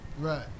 Right